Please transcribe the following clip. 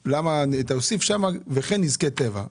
תוסיף שם "וכן נזקי טבע",